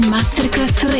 Masterclass